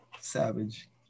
savage